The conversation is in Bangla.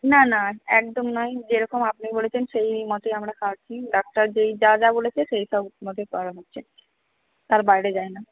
না না একদম নয় যেরকম আপনি বলেছেন সেই মতোই আমরা খাওয়াচ্ছি ডাক্তার যেই যা যা বলেছে সেইসব মতই করা হচ্ছে তার বাইরে যায় না